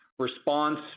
response